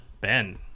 Ben